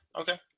Okay